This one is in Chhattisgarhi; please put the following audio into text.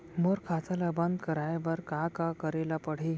मोर खाता ल बन्द कराये बर का का करे ल पड़ही?